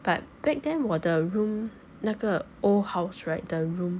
but back then 我的 room 那个 old house right the room